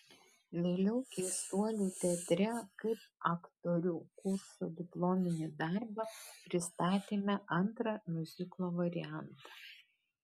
vėliau keistuolių teatre kaip aktorių kurso diplominį darbą pristatėme antrą miuziklo variantą